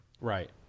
right